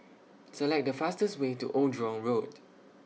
Select The fastest Way to Old Jurong Road